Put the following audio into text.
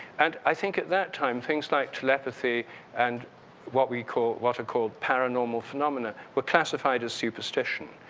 and i think at that time things like telepathy and what we call what are called paranormal phenomena were classified as superstition.